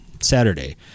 saturday